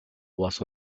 was